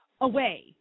away